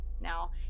Now